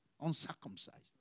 uncircumcised